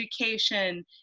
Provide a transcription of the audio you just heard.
education